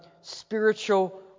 spiritual